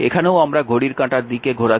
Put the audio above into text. এখানেও আমরা ঘড়ির কাঁটার দিকে ঘোরাচ্ছি